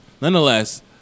Nonetheless